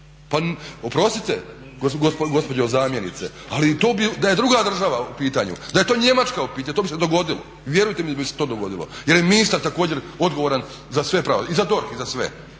Pa oprostite gospođo zamjenice, ali i to bi, da je druga država u pitanju, da je to Njemačka u pitanju to bi se dogodilo. Vjerujte da bi se to dogodilo, jer je ministar također odgovoran za sve i za DORH i za sve.